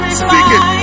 speaking